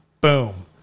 boom